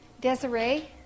Desiree